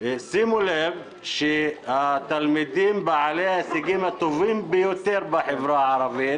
שימו לב שהתלמידים בעלי ההישגים הטובים ביותר בחברה הערבית,